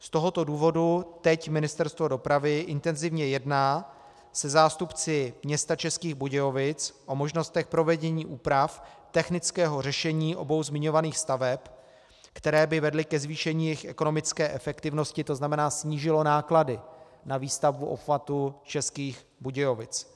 Z tohoto důvodu teď Ministerstvo dopravy intenzivně jedná se zástupci města Českých Budějovic o možnostech provedení úprav technického řešení obou zmiňovaných staveb, které by vedly ke zvýšení jejich ekonomické efektivnosti, to znamená snížilo náklady na výstavbu obchvatu Českých Budějovic.